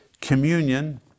Communion